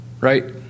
Right